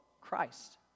Christ